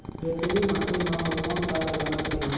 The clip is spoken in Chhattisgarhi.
रेतीली माटी म अउ कौन का लगाना चाही?